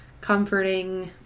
comforting